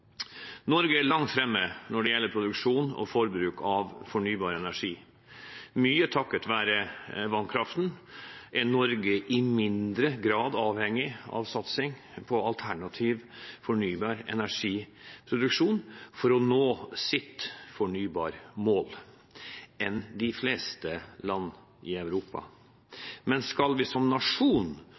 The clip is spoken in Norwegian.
Norge er langt fremme når det gjelder produksjon og forbruk av fornybar energi. Mye takket være vannkraften er Norge i mindre grad enn de fleste land i Europa avhengig av satsing på alternativ fornybar energiproduksjon for å nå sitt